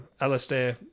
Alastair